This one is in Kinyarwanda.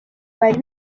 bari